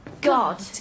God